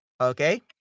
Okay